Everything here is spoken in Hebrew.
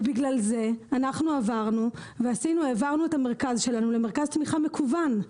ובגלל זה אנחנו העברנו את המרכז שלנו למרכז תמיכה מקוון.